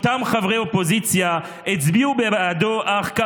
וזו הגדולה של לקיחת האחריות,